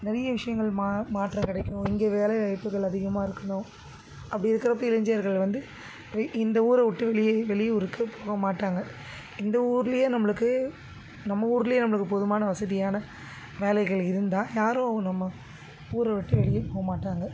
நிறைய விஷயங்கள் மா மாற்றம் கிடைக்கணும் இங்கே வேலை வாய்ப்புகள் அதிகமாக இருக்கணும் அப்படி இருக்கிறப்ப இளைஞர்கள் வந்து வி இந்த ஊரை உட்டு வெயியே வெளியூருக்கு போக மாட்டாங்கள் இந்த ஊர்லையே நம்மளுக்கு நம்ம ஊர்லையே நம்மளுக்கு போதுமான வசதியான வேலைகள் இருந்தால் யாரும் நம்ம ஊரை விட்டு வெளியே போக மாட்டாங்கள்